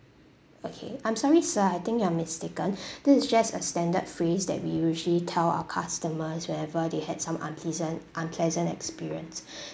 okay I'm sorry sir I think you are mistaken this is just a standard phrase that we usually tell our customers whenever they had some unpleasant unpleasant experience